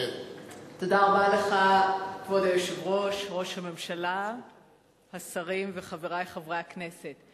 רק תוך כדי עלייה הוא החליט לשים את זה בצד.